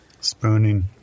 Spooning